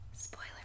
spoiler